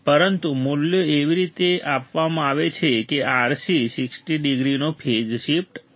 પરંતુ મૂલ્યો એવી રીતે આપવામાં આવે છે કે એક RC 60 ડિગ્રીનો ફેઝ શિફ્ટ આપશે